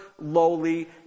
Lowly